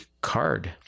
card